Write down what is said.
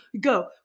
go